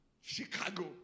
Chicago